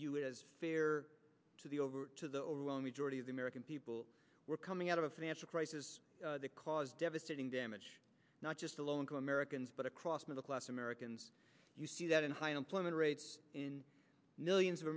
be fair to the over to the overwhelming majority of the american people were coming out of a financial crisis caused devastating damage not just to low income americans but across middle class americans you see that in high unemployment rates millions of